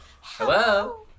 Hello